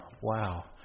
Wow